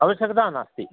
आवश्यकता नास्ति